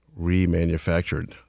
remanufactured